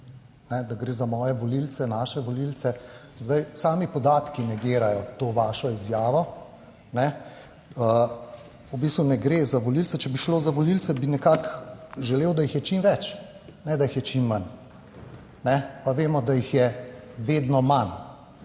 da gre za moje volivce, naše volivce. Zdaj, sami podatki negirajo to vašo izjavo. V bistvu ne gre za volivce. Če bi šlo za volivce, bi nekako želel, da jih je čim več, ne da jih je čim manj, ne pa vemo, da jih je vedno manj.